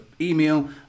email